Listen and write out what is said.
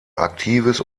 aktives